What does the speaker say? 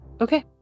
Okay